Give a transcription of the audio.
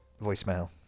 voicemail